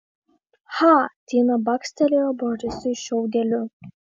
cha tina bakstelėjo borisui šiaudeliu